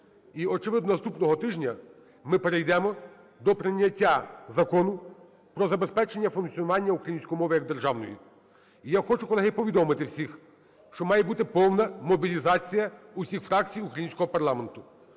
і, очевидно, наступного тижня ми перейдемо до прийняття Закону про забезпечення функціонування української мови як державної. І я хочу, колеги, повідомити всіх, що має бути повна мобілізація усіх фракцій українського парламенту.